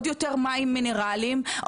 מים מינרליים,